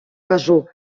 кажу